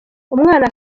umwana